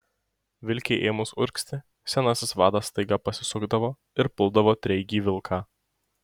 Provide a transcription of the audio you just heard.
vilkei ėmus urgzti senasis vadas staiga pasisukdavo ir puldavo treigį vilką